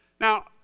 Now